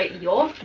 your